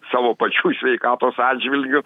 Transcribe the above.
savo pačių sveikatos atžvilgiu